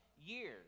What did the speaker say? years